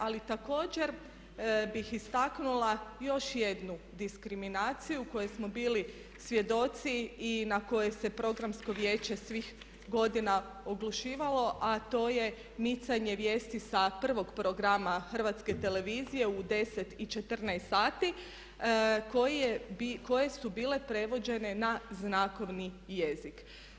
Ali također bih istaknula još jednu diskriminaciju koje smo bili svjedoci i na koje se Programsko vijeće svih godina oglušivalo, a to je micanje vijesti sa prvog programa Hrvatske televizije u 10 i 14 sati koje su bile prevođene na znakovni jezik.